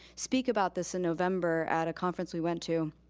speak about this in november at a conference we went to,